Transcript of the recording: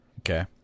Okay